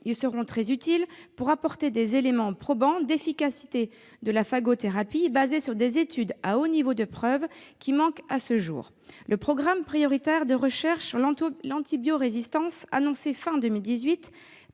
Ils seront très utiles pour apporter des éléments probants d'efficacité de la phagothérapie, basés sur des études à haut niveau de preuve, qui manquent à ce jour. Le programme prioritaire de recherche sur l'antibiorésistance, annoncé à la